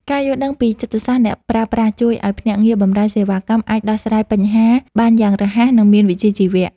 ការយល់ដឹងពីចិត្តសាស្ត្រអ្នកប្រើប្រាស់ជួយឱ្យភ្នាក់ងារបម្រើសេវាកម្មអាចដោះស្រាយបញ្ហាបានយ៉ាងរហ័ស និងមានវិជ្ជាជីវៈ។